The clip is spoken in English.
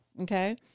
Okay